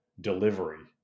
delivery